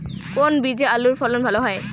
কোন বীজে আলুর ফলন ভালো হয়?